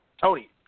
Tony